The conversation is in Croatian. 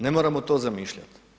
Ne moramo to zamišljati.